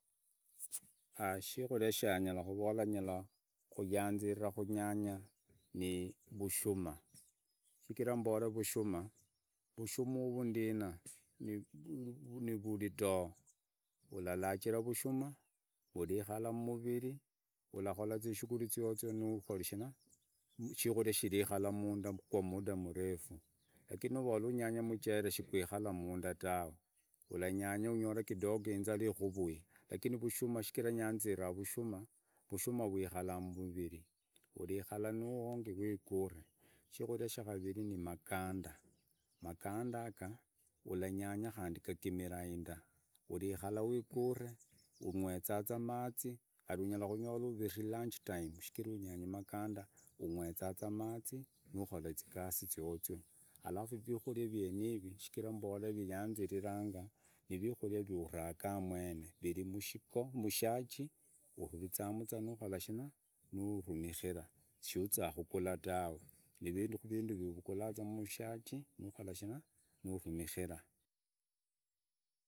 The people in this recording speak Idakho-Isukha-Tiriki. Shikuria sha nyala kurora nyara kuyanzira kunyanya ni vashuma, shichira mbore vushuma, vushuma yuru ndina nivaridoo, ularajira vushima, ulikara mbirii, ulakora zishughuli ziozo nukori shina, shikuria shirikara muunda kwa muda murefu, lakini nurora anyanye muchere shagwikura munda tawe uranyanya mdogo unyore inzara ikuvui, lakini vushuma shichira nyanzira vushuma vushuma rwikaraa mbiri, ulikara nuongi mwikure. Shikuria sha karıri ni maganda, magandaga uranyanga khandi unyore agimira inda, ulikara uiqure, ungweza za mazi kari unyore uvitizi lunch time shichira unyanyi maganda, ungweza mazi nukhola zikazi tzotzo, alafu vikuvla vyenivi shichira mbele vinganzizanga ni vikuri vi uraka mwene, riri mshiko. mshaji, uruliza mu nurumikra shuuza kugura tawe, ni rindu vya urumula za mushaji nukora shina narumiira.